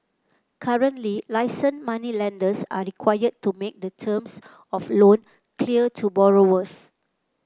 currently licensed moneylenders are required to make the terms of loan clear to borrowers